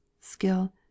Skill